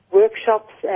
workshops